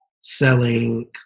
selling